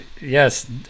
yes